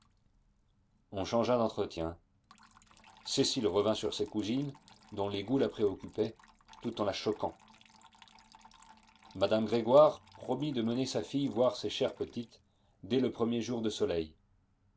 on changea d'entretien cécile revint sur ses cousines dont les goûts la préoccupaient tout en la choquant madame grégoire promit de mener sa fille voir ces chères petites dès le premier jour de soleil